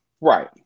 Right